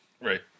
right